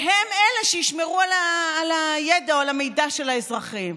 והם אלה שישמרו על הידע או על המידע של האזרחים.